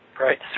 Right